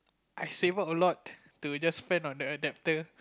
I saved up a lot to just spend on that adaptor